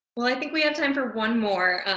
well, i think we have time for one more.